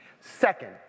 Second